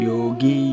Yogi